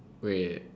wait